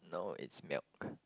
no it's milk